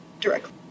directly